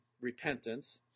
repentance